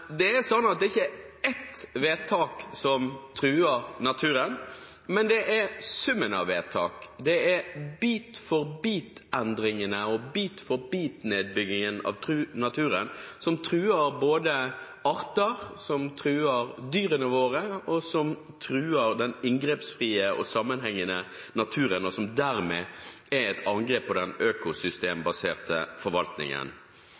det er sånn at det er ikke ett vedtak som truer naturen, men summen av vedtak. Det er bit-for-bit-endringene og bit-for-bit-nedbyggingen av naturen som truer både arter, dyrene våre og den inngrepsfrie og sammenhengende naturen, og som dermed er et angrep på den økosystembaserte forvaltningen.